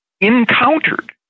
encountered